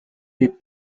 est